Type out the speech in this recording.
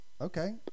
okay